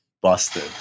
busted